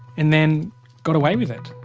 and then got away with it.